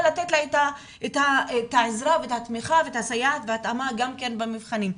לא לתת לה את העזרה ואת התמיכה והסייעת וההתאמה גם כן במבחנים.